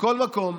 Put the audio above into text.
מכל מקום,